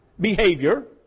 behavior